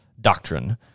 doctrine